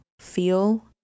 feel